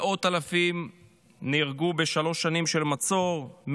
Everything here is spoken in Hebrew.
מאות אלפים נהרגו בשלוש השנים של המצור,